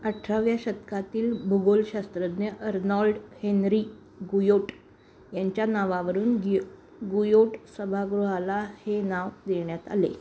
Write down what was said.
अठराव्या शतकातील भूगोलशास्त्रज्ञ अरनॉल्ड हेनरी गुयोट यांच्या नावावरून गि गुयोट सभागृहाला हे नाव देण्यात आले